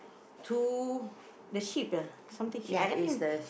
to the ship ah something I I think